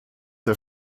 der